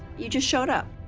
you just showed up.